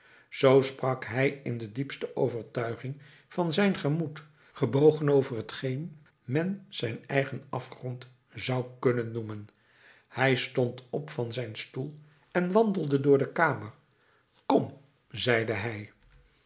zoo sprak hij in de diepste overtuiging van zijn gemoed gebogen over t geen men zijn eigen afgrond zou kunnen noemen hij stond op van zijn stoel en wandelde door de kamer kom zeide hij